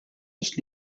its